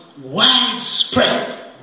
widespread